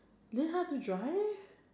learn how to drive